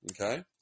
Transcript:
Okay